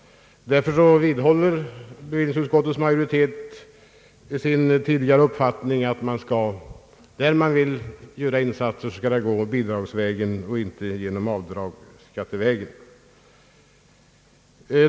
Därför vidhåller bevillningsutskottets majoritet sin tidigare uppfattning att när man vill göra insatser skall det ske genom bidrag och inte genom avdrag skattevägen.